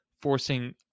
forcing